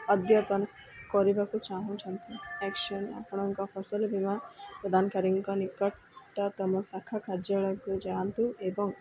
ଅଦ୍ୟତନ କରିବାକୁ ଚାହୁଁଛନ୍ତି ଏକ୍ସନ୍ ଆପଣଙ୍କ ଫସଲ ବୀମା ପ୍ରଦାନକାରୀଙ୍କ ନିକଟତମ ଶାଖା କାର୍ଯ୍ୟାଳୟକୁ ଯାଆନ୍ତୁ ଏବଂ